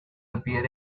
appear